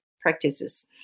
practices